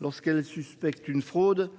lorsqu’elle suspecte une fraude.